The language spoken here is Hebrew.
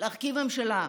להרכיב ממשלה,